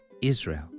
Israel